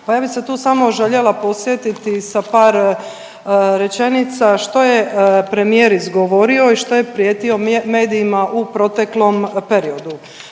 pa ja bih se tu samo željela podsjetiti sa par rečenica, što je premijer izgovorio i što je prijetio medijima u proteklom periodu,